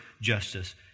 justice